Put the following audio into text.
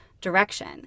direction